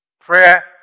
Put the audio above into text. Prayer